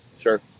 Sure